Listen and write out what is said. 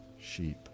sheep